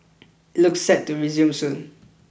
it looks set to resume soon